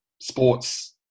sports